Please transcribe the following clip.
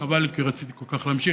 חבל לי, כי רציתי כל כך להמשיך.